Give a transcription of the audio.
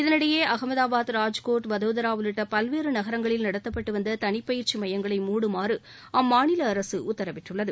இதற்கிடையே அகமதாபாத் ராஜ்கோட் வதோதரா உள்ளிட்ட பல்வேறு நகரங்களில் நடத்தப்பட்டு வந்த தனிப்பயிற்சி மையங்களை மூடுமாறு அம்மாநில அரசு உத்தரவிட்டுளளது